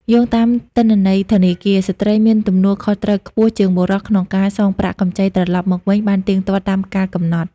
យោងតាមទិន្នន័យធនាគារ ស្ត្រីមានទំនួលខុសត្រូវខ្ពស់ជាងបុរសក្នុងការសងប្រាក់កម្ចីត្រឡប់មកវិញបានទៀងទាត់តាមកាលកំណត់។